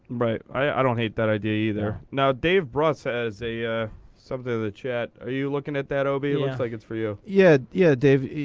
right. i don't hate that idea either. now, dave bruss has a something in the chat. are you looking at that, ob. it looks like it's for you. yeah, yeah dave.